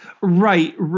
Right